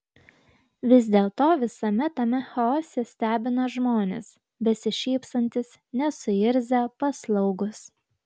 vis dėlto visame tame chaose stebina žmonės besišypsantys nesuirzę paslaugūs